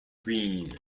green